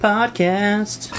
Podcast